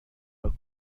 راه